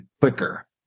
quicker